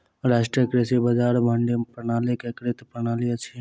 राष्ट्रीय कृषि बजार मंडी प्रणालीक एकीकृत प्रणाली अछि